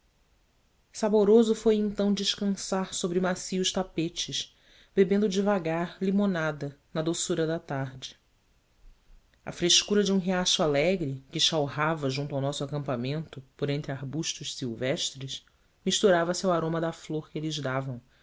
saboroso foi então descansar sobre macios tapetes bebendo devagar limonada na doçura da tarde a frescura de um riacho alegre que chalrava junto ao nosso acampamento por entre arbustos silvestres misturava-se ao aroma da flor que eles davam